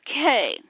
Okay